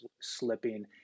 slipping